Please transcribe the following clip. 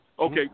Okay